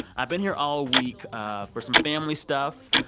i've been here all week ah for some family stuff.